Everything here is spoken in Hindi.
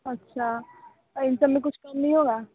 अच्छा और इन सब में कुछ कम नहीं होगा